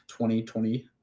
2020